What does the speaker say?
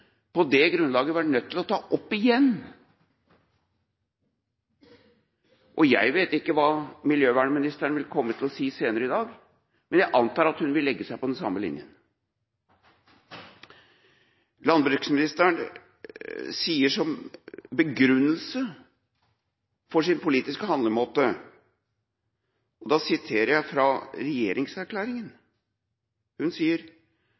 på det grunnlaget vært nødt til å ta opp igjen. Jeg vet ikke hva miljøvernministeren vil komme til å si senere i dag, men jeg antar at hun vil legge seg på den samme linja. Landbruksministeren gir en begrunnelse for sin politiske handlemåte som bygger på regjeringserklæringa. Hun sier: